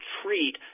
treat